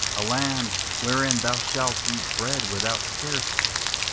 a land wherein thou shalt eat bread without scarceness,